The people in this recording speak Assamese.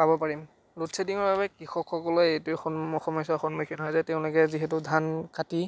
পাব পাৰিম ল'ড শ্বেডিঙৰ বাবে কৃষকসকলে এইটোৱে সমস্যাৰ সন্মুখীন হয় যে তেওঁলোকে যিহেতু ধান কাটি